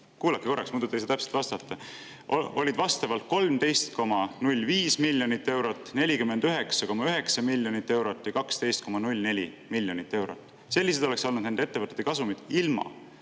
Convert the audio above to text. kuulake korraks, muidu te ei saa täpselt vastata – olid vastavalt 13,05 miljonit eurot, 49,9 miljonit eurot ja 12,04 miljonit eurot. Sellised oleksid olnud nende ettevõtete kasumid ilma